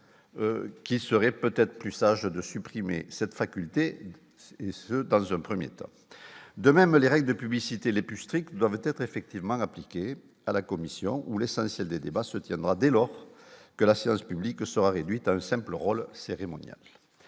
qu'il serait peut-être plus sage, de supprimer cette faculté et ce dans un 1er temps de même les règles de publicité les plus strictes doivent être effectivement appliquées à la commission où l'essentiel des débats se tiendra dès lors que la séance publique sera réduite à un simple rôle cérémonial